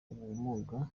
ubumuga